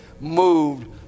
moved